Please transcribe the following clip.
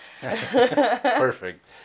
Perfect